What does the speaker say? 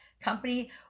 company